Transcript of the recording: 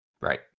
Right